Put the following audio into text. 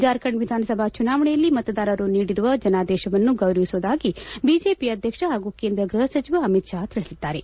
ಜಾರ್ಖಂಡ್ ವಿಧಾನಸಭಾ ಚುನಾವಣೆಯಲ್ಲಿ ಮತದಾರರು ನೀದಿರುವ ಜನಾದೇಶವನ್ನು ಗೌರವಿಸುವುದಾಗಿ ಬಿಜೆಪಿ ಅಧ್ಯಕ್ಷ ಹಾಗೂ ಕೇಂದ್ರ ಗ್ಬಹ ಸಚಿವ ಅಮಿತ್ ಶಾ ತಿಳಿಸಿದ್ದಾರೆ